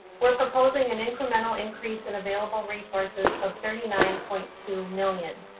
we're proposing an incremental increase in available resources of thirty nine point two million.